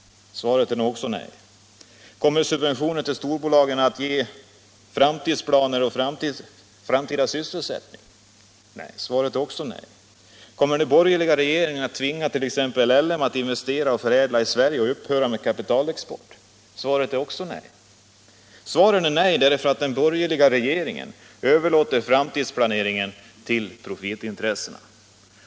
Svaret är nej. Kommer subventioner till storbolagen att ge framtidsplaner för framtida sysselsättning? Svaret är också här nej. Kommer den borgerliga regeringen att tvinga t.ex. LM att investera och förädla i Sverige och upphöra med kapitalexport? Svaret är nej. Svaren är nej därför att den borgerliga regeringen överlåter framtidsplaneringen till profitintressena.